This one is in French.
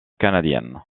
canadienne